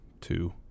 two